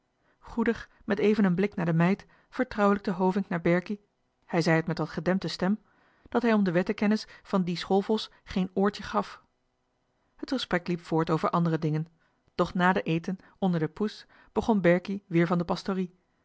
goedig met even een blik naar de meid vertrouwelijkte hovink naar berkie hij zei het met wat gedempte stem dat hij om de wettenkennis van dien schoolvos geen oortje gaf het gesprek liep voort over andere dingen doch na den eten onder de pousse begon berkie weer over de pastorie